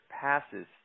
passes